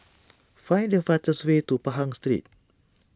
find the fastest way to Pahang Street